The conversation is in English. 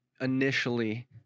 initially